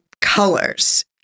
colors